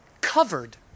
covered